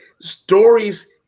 Stories